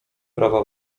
prawa